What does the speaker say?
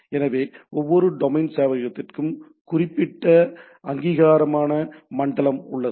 எனவே ஒவ்வொரு டொமைன் சேவையகத்திற்கும் அவற்றின் குறிப்பிட்ட அங்கீகார மண்டலம் உள்ளது